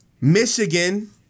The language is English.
Michigan